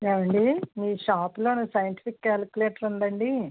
ఏవండి మీ షాప్లోని సైంటిఫిక్ క్యాలిక్యులేటర్ ఉందాండి